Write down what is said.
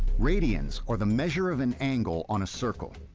radians are the measure of an angle on a circle.